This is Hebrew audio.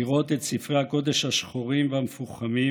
לראות את ספרי הקודש השחורים והמפוחמים,